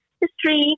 history